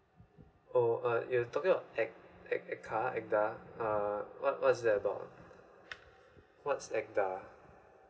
oh uh you talking ac~ ac~ echa~ ega~ uh what what's that about what act